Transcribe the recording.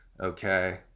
okay